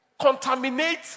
contaminate